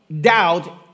doubt